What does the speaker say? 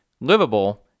livable